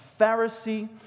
Pharisee